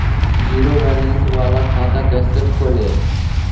Zero balance बाला खाता कैसे खोले?